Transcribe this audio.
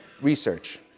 research